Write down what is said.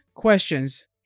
questions